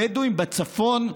הבדואים בצפון,